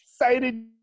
excited